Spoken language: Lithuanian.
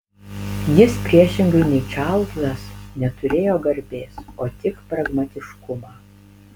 jis priešingai nei čarlzas neturėjo garbės o tik pragmatiškumą